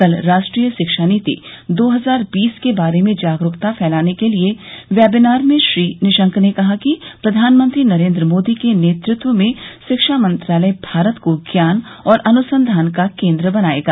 कल राष्ट्रीय शिक्षा नीति दो हजार बीस के बारे में जागरूकता फैलाने के लिए वेबिनार में श्री निशंक ने कहा कि प्रधानमंत्री नरेंद्र मोदी के नेतृत्व में शिक्षा मंत्रालय भारत को ज्ञान और अनुसंधान का केंद्र बनाएगा